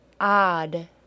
odd